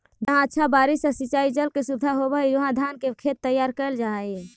जहाँ अच्छा बारिश या सिंचाई जल के सुविधा होवऽ हइ, उहाँ धान के खेत तैयार कैल जा हइ